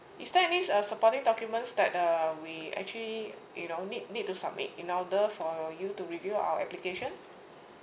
is there any uh supporting documents that um we actually you know need need to submit in order for you to review our application